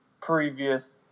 previous